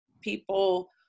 people